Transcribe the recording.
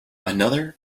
another